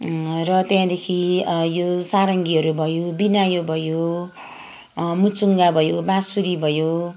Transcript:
र त्यहाँदेखि यो सारङ्गीहरू भयो विनायो भयो मुर्चुङ्गा भयो बाँसुरी भयो